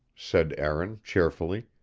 said aaron cheerfully.